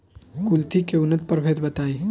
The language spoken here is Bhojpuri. कुलथी के उन्नत प्रभेद बताई?